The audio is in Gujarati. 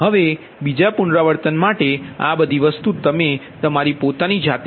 હવે બીજા પુનરાવર્તન માટે આ બધી વસ્તુ તમે તમારી પોતાની જાતે કરશો